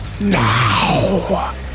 now